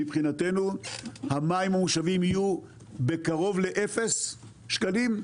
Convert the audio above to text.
מבחינתנו, המים המושבים יהיו בקרוב לאפס שקלים,